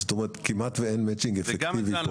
זאת אומרת שכמעט ואין מצ'ינג אפקטיבי פה